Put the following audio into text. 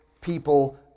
people